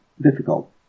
difficult